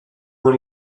were